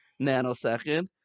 nanosecond